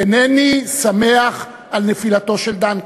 אינני שמח על נפילתו של דנקנר,